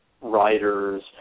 writers